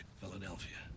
Philadelphia